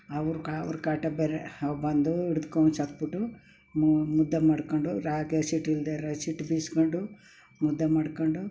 ಅವ್ರ್ಗೆ ಅವ್ರ ಕಾಟ ಬೇರೆ ಅವು ಬಂದೂ ಹಿಡ್ದು ಕೌಚಿ ಹಾಕಿಬಿಟ್ಟು ಮುದ್ದೆ ಮಾಡ್ಕೊಂಡು ರಾಗಿ ಹಸಿಟ್ಟು ಇಲ್ಲದೇ ಇರೋ ಶಿಟ್ ಬೀಸ್ಕೊಂಡು ಮುದ್ದೆ ಮಾಡ್ಕೊಂಡು